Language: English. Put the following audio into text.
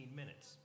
minutes